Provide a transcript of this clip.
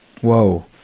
Whoa